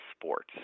sports